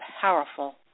powerful